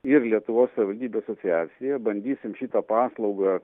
ir lietuvos savivaldybių asociaciją bandysim šitą paslaugą